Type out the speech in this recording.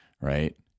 right